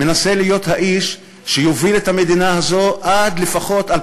מנסה להיות האיש שיוביל את המדינה הזו עד 2023 לפחות.